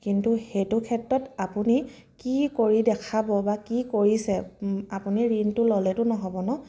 কিন্তু সেটো ক্ষেত্ৰত আপুনি কি কৰি দেখাব বা কি কৰিছে আপুনি ঋণটো ল'লেতো নহ'ব ন